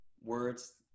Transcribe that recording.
words